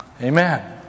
Amen